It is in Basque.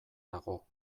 dago